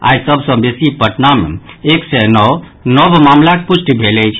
आइ सभ सँ बेसी पटना मे एक सय नओ नव मामिलाक पुष्टि भेल अछि